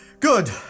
Good